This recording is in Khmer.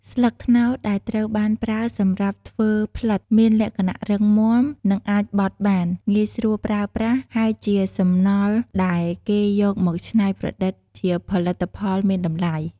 ស្លឹកត្នោតដែលត្រូវបានប្រើសម្រាប់ធ្វើផ្លិត មានលក្ខណៈរឹងមាំ និងអាចបត់បាន ងាយស្រួលប្រើប្រាស់ ហើយជាសំណល់ដែលគេយកមកច្នៃប្រឌិតជាផលិត ផលមានតម្លៃ។